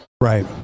Right